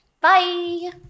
Bye